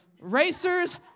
racer's